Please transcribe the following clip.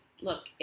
look